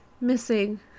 Missing